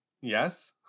Yes